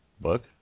book